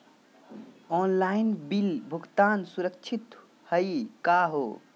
Online bill भुगतान सुरक्षित हई का हो?